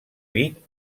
vic